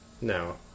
No